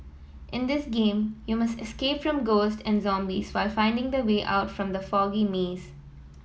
in this game you must escape from ghosts and zombies while finding the way out from the foggy maze